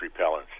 repellents